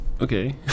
Okay